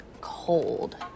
cold